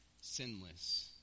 sinless